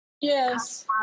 Yes